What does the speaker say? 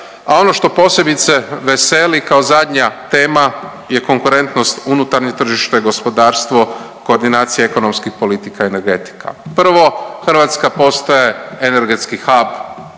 a ono što posebice veseli kao zadnja tema je konkurentnost, unutarnje tržište, gospodarstvo, koordinacije ekonomskih politika i energetika. Prvo, Hrvatska postaje energetski hub